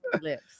lips